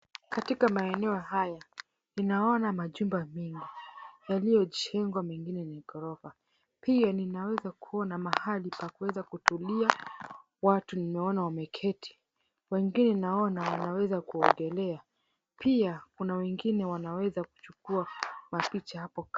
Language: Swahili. Katika maeneo haya, ninaona majumba mengi yaliyojengwa, mengine ni ya ghorofa. Pia nin𝑎𝑤𝑒𝑧𝑎 𝑘𝑢ona mahali pa kuweza kutulia. Watu ninaona wameketi. Wengine naona wanaweza kuogelea. Pia kuna wengine wanaweza kuchukua mapicha hapo kando.